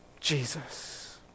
Jesus